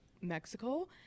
mexico